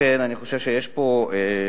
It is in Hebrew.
לכן, כבוד השר, אני חושב שיש פה צורך